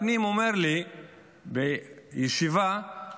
מה שמצער עוד יותר, ששר הפנים אומר לי בישיבה: